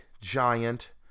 giant